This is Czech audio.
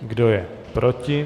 Kdo je proti?